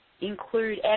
Include